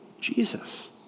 Jesus